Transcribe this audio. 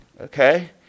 Okay